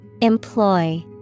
Employ